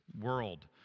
world